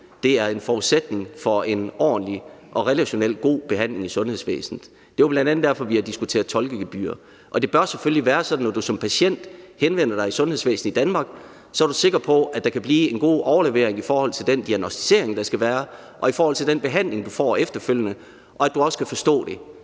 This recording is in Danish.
er en forudsætning for en ordentlig og relationelt god behandling i sundhedsvæsenet. Det er bl.a. derfor, vi har diskuteret tolkegebyr. Og det bør selvfølgelig være sådan, at når du som patient henvender dig i sundhedsvæsenet i Danmark, så er du sikker på, at der kan foregå en god overlevering i forhold til den diagnosticering, der skal foretages, og i forhold til den behandling, du får efterfølgende, og at du også kan forstå det.